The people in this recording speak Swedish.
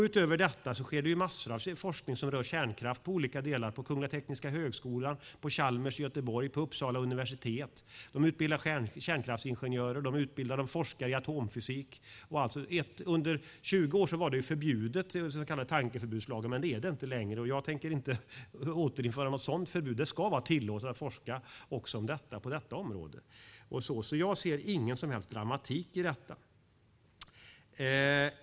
Utöver det ske det massor av forskning om kärnkraft i olika delar på Kungliga Tekniska högskolan, Chalmers i Göteborg och Uppsala universitet. De utbildar kärnkraftsingenjörer och forskar i atomfysik. Under 20 år var det förbjudet enligt den så kallade tankeförbudslagen, men det är det inte längre. Jag tänker inte återinföra något sådant förbud. Det ska vara tillåtet att forska också på detta område. Jag ser ingen som helst dramatik i det.